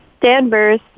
Danvers